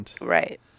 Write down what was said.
Right